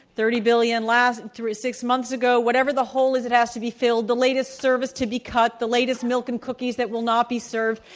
thirty billion last three six months ago, whatever the hole is that has to be filled, the latest service to be cut, the latest milk and cookies that will not be served.